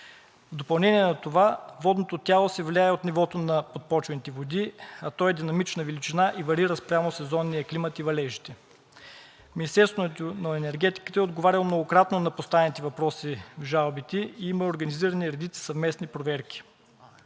В допълнение на това, водното тяло се влияе от нивото на подпочвените води, а то е динамична величина и варира спрямо сезонния климат и валежите. Министерството на енергетиката е отговаряло многократно на поставените въпроси в жалбите. Има организирани редица съвместни проверки.